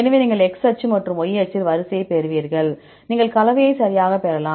எனவே நீங்கள் X அச்சு மற்றும் Y அச்சில் வரிசையைப் பெறுவீர்கள் நீங்கள் கலவையை சரியாகப் பெறலாம்